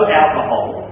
alcohol